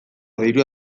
dirua